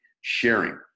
sharing